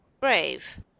brave